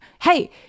Hey